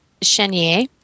Chenier